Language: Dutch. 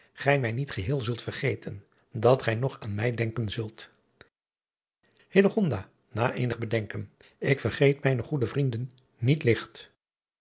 gij mij niet geheel zult vergeten dat gij nog aan mij denken zult hillegonda na eenig bedenken ik vergeet mijne goede vrienden niet ligt